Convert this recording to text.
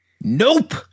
Nope